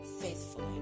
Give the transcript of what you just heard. Faithfully